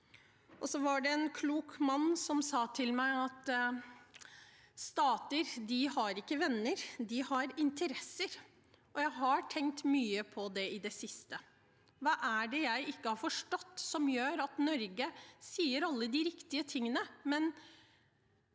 Det var en klok mann som sa til meg at stater ikke har venner, de har interesser, og jeg har tenkt mye på det i det siste. Hva er det jeg ikke har forstått som gjør at Norge sier alle de riktige tingene, men